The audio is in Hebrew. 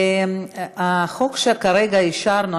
החוק שכרגע אישרנו,